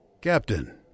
Captain